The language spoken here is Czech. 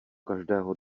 každého